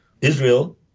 Israel